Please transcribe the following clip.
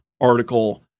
article